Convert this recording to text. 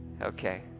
Okay